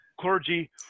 clergy